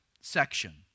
section